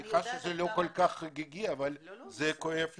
אני מצטער שזה לא כל כך חגיגי, אבל כואב הלב.